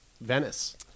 Venice